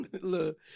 Look